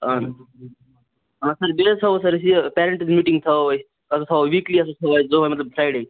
اَہَن حظ آ سَر بیٚیہِ حظ تھاوَو سَر أسۍ یہِ پیرَنٛٹ میٖٹِنٛگ تھاوَو أسۍ سُہ حظ تھاوَو ویٖکلی تھاوَو أسۍ دۅہے مَطلَب فرایِڈے